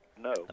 No